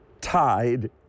tied